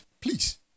please